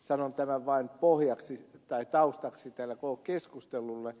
sanon tämän vain taustaksi tälle koko keskustelulle